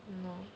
you know